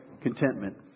contentment